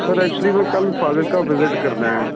sir actually ਮੈਂ ਕੱਲ Fazilka visit ਕਰਨਾ